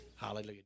Hallelujah